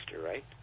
right